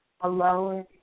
alone